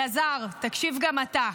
אלעזר, תקשיב גם אתה.